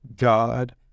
God